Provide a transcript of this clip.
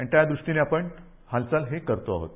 आणि त्यादृष्टीने आपण हालचाल ही करतो आहोत